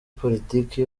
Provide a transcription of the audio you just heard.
politiki